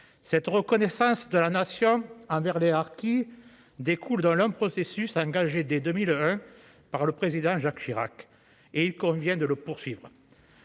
Cette reconnaissance de la Nation envers les harkis découle d'un long processus, engagé dès 2001 par le Président Jacques Chirac et qu'il convient de poursuivre.